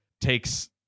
takes